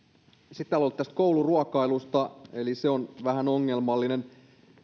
sitten täällä on ollut tästä kouluruokailusta eli se on vähän ongelmallinen